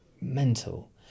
mental